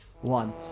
one